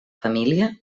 família